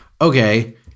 okay